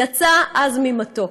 יצא עז ממתוק,